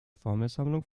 formelsammlung